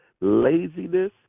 Laziness